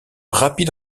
rapide